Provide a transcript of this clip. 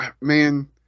man